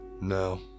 No